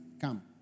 Come